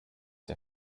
der